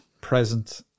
present